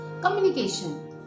Communication